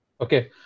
Okay